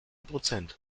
prozent